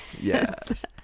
Yes